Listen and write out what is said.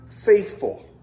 faithful